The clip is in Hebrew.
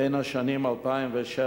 בין השנים 2007,